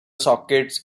sockets